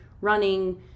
running